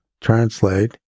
translate